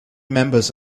members